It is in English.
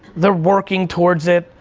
they're working towards it,